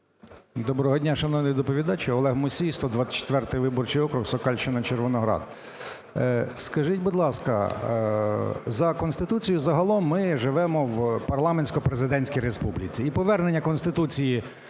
Доброго дня, шановний доповідачу. Олег Мусій, 124 виборчий округ, Сокальщина, Червоноград. Скажіть, будь ласка, за Конституцією загалом ми живемо в парламентсько-президентській республіці.